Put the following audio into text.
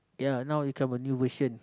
ya now you come a new version